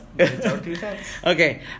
Okay